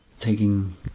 taking